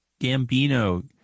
Gambino